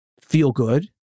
feel-good